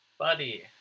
Buddy